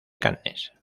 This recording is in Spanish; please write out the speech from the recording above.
cannes